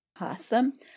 Awesome